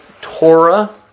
Torah